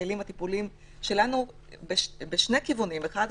הכלים הטיפוליים שלנו בשני כיוונים: אחד,